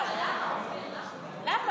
לא רוצה למשוך.